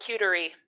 cutery